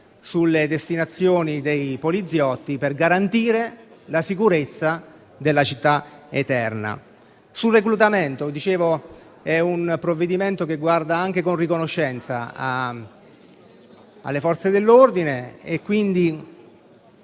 sulle destinazioni dei poliziotti per garantire la sicurezza della città eterna. Sul reclutamento, questo è un provvedimento che guarda con riconoscenza alle Forze dell'ordine, anche